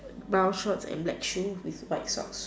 brown shorts with black shoes and white socks